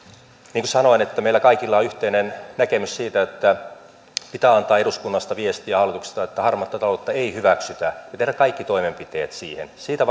niin kuin sanoin meillä kaikilla on yhteinen näkemys siitä että pitää antaa eduskunnasta ja hallituksesta viestiä että harmaata taloutta ei hyväksytä ja tehdä kaikki toimenpiteet siihen siitä